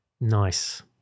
Nice